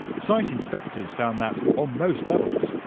site inspectors found that, on most levels,